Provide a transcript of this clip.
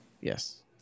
Yes